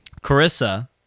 carissa